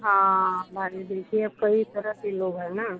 हाँ हमारे देखिए अब कई तरह के लोग हैं ना